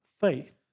faith